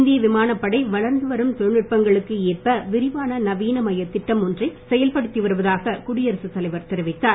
இந்திய விமானப்படை வளர்ந்து வரும் தொழில்நுட்பங்களுக்கு ஏற்ப விரிவான நவீனமய திட்டம் ஒன்றை செயல்படுத்தி வருவதாக குடியரசு தலைவர் தெரிவித்தார்